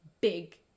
big